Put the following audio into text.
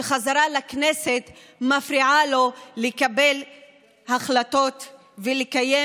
שחזרה לכנסת מפריעה לו לקבל החלטות ולקיים